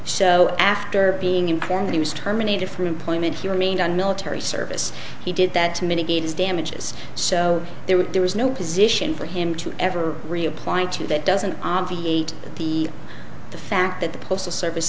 so after being informed he was terminated from employment he remained on military service he did that to mitigate his damages so there was there was no position for him to ever reapply to that doesn't obviate the fact that the postal service